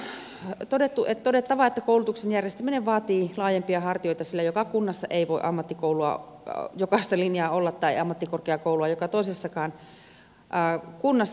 sitten on todettava että koulutuksen järjestäminen vaatii laajempia hartioita sillä joka kunnassa ei voi ammattikoulun jokaista linjaa olla tai ammattikorkeakoulua joka toisessakaan kunnassa